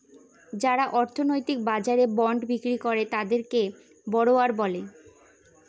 যারা অর্থনৈতিক বাজারে বন্ড বিক্রি করে তাকে বড়োয়ার বলে